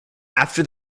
after